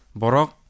borok